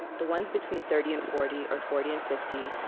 the ones between thirty and forty, or forty and fifty,